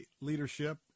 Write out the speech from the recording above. leadership